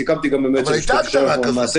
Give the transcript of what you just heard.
סיכמתי גם עם היועץ המשפטי שלנו שאנחנו נעשה את זה.